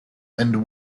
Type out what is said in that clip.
and